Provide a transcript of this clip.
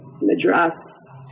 Madras